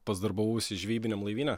pats darbavausi žvejybiniam laivyne